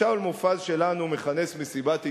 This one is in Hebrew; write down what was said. שאול מופז שלנו מכנס מסיבת עיתונאים,